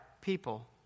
people